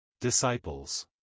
Disciples